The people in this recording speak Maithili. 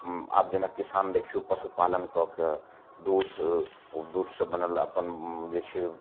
आब जेना किसान देखियौ पशुपालन कऽ कए दूध ओ दूध से बनल अपन जे छै